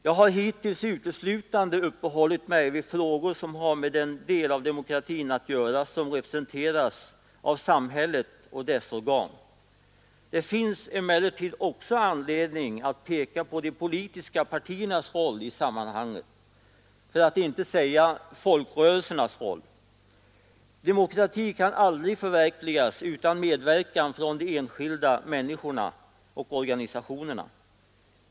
Jag har hittills uteslutande uppehållit mig vid frågor som har med den del av demokratin att göra som representeras av samhället och dess organ. Det finns emellertid också anledning att peka på de politiska partiernas roll i sammanhanget, för att inte säga folkrörelsernas roll. Demokrati kan aldrig förverkligas utan medverkan från de enskilda människorna och organisationerna.